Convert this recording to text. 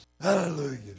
Hallelujah